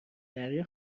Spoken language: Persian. دریا